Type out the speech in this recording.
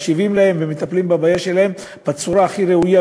מקשיבים להם ומטפלים בבעיה שלהם בצורה הכי ראויה.